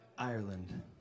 Ireland